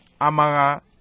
Amara